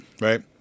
right